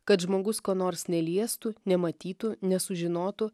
kad žmogus ko nors neliestų nematytų nesužinotų